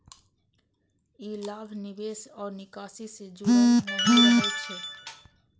ई लाभ निवेश आ निकासी सं जुड़ल नहि रहै छै